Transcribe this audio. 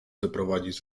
wyprowadzić